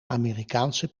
amerikaanse